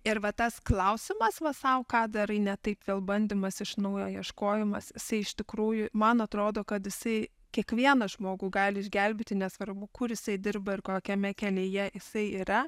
ir va tas klausimas va sau ką darai ne taip vėl bandymas iš naujo ieškojimas jisai iš tikrųjų man atrodo kad jisai kiekvieną žmogų gali išgelbėti nesvarbu kur jisai dirba ir kokiame kelyje jisai yra